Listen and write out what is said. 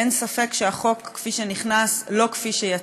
אין ספק שהחוק יצא לא כפי שנכנס.